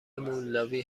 مولداوی